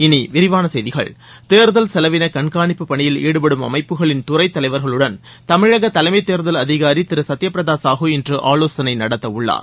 இனி விரிவான செய்திகள் தேர்தல் செலவின கண்காணிப்பு பணியில் ஈடுபடும் அமைப்புகளின் துறைத்தலைவர்களுடன் தமிழக தலைமைத் தேர்தல் அதிகாரி திரு சத்தியபிரதா சாகூ இன்று ஆலோசனை நடத்தவுள்ளார்